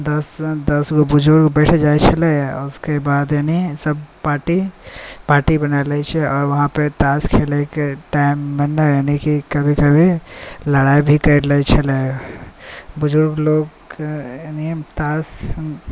दस गो बुजुर्ग बैठ जाइत छलै आओर उसके बाद ने सभ पार्टी बना लैत छै आओर वहाँपर ताश खेलैके टाइम एनेहे लेकिन कभी कभी लड़ाई भी करि लैत छलै बुजुर्ग लोक ताश